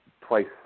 twice